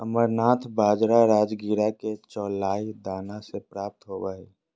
amaranth बाजरा राजगिरा के चौलाई दाना से प्राप्त होबा हइ